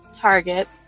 Target